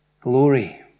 glory